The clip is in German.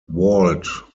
wald